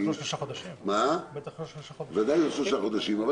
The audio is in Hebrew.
בוודאי לא שלושה חודשים.